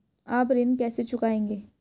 आप ऋण कैसे चुकाएंगे?